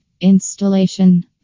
Installation